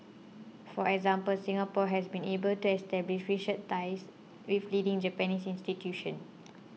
for example Singapore has been able to establish research ties with leading Japanese institutions